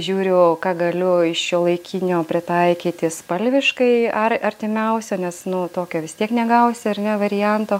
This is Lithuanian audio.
žiūriu ką galiu iš šiuolaikinių pritaikyti spalviškai ar artimiausio nes nu tokio vis tiek negausi ar ne varianto